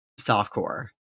softcore